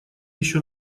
ещё